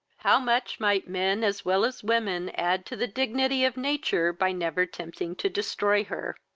how much might men as well as women add to the dignity of nature by never attempting to destroy her!